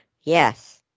yes